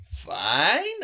Fine